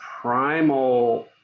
primal